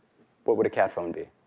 what would a cat phone be?